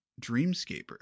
Dreamscaper